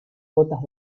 gotas